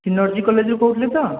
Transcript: କିନର୍ଜି କଲେଜ୍ରୁ କହୁଥିଲେ ତ